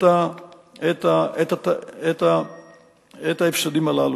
את ההפסדים הללו.